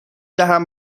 دهم